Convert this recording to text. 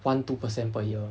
one two per cent per year only